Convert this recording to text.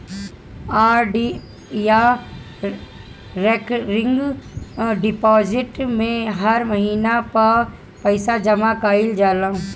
RD या recurring deposit में हर महिना पअ पईसा जमा कईल जाला